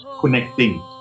connecting